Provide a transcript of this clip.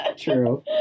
True